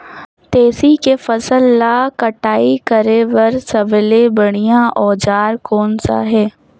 तेसी के फसल ला कटाई करे बार सबले बढ़िया औजार कोन सा हे?